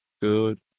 good